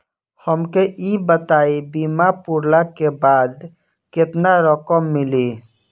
हमके ई बताईं बीमा पुरला के बाद केतना रकम मिली?